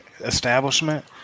establishment